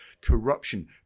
corruption